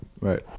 Right